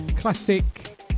classic